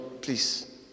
please